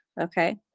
Okay